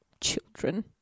children